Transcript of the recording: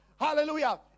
hallelujah